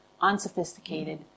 unsophisticated